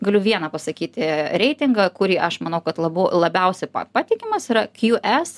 galiu viena pasakyti reitingą kurį aš manau kad labu labiausia patikimas yra qs